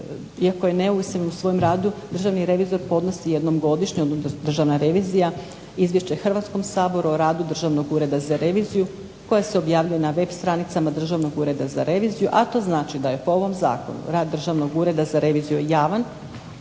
Iako je neovisan u svom radu državni revizor podnosi jednom godišnje, odnosno Državna revizija, izvješće Hrvatskom saboru o radu Državnog ureda za reviziju koje se objavljuje na web stranicama Državnog ureda za reviziju, a to znači da je po ovom zakonu rad Državnog ureda za reviziju javan,